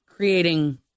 Creating